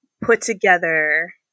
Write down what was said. put-together